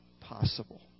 possible